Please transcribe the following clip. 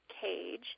cage